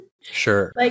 sure